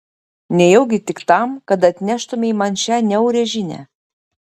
nejaugi tik tam kad atneštumei man šią niaurią žinią